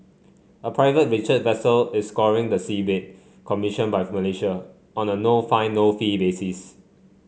a private research vessel is scouring the seabed commissioned by Malaysia on a no find no fee basis